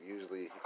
usually